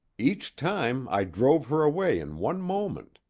each time i drove her away in one moment.